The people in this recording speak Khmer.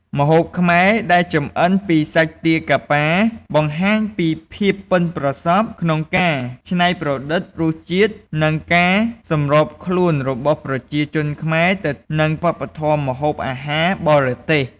ម្ហូបខ្មែរដែលចម្អិនជាមួយសាច់ទាកាប៉ា បង្ហាញពីភាពប៉ិនប្រសប់ក្នុងការច្នៃប្រឌិតរសជាតិ និងការសម្របខ្លួនរបស់ប្រជាជនខ្មែរទៅនឹងវប្បធម៌ម្ហូបអាហារបរទេស។